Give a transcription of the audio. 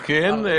כן.